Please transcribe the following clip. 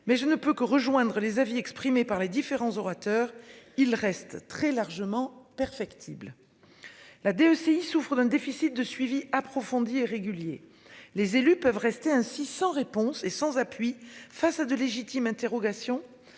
Mais je ne peux que rejoindre les avis exprimés par les différents orateurs, il reste très largement perfectible. La DOCX souffrent d'un déficit de suivi approfondi et régulier. Les élus peuvent rester ainsi sans réponse et sans appui face à de légitimes interrogations